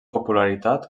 popularitat